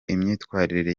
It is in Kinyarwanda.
imyitwarire